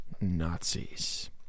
Nazis